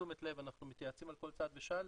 בתשומת לב, אנחנו מתייעצים על כל צעד ושעל,